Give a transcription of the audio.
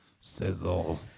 sizzle